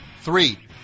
three